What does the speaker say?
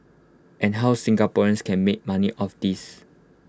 and how Singaporeans can make money off this